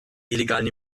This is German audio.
illegalen